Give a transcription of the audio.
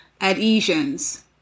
adhesions